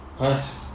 Nice